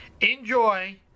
Enjoy